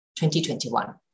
2021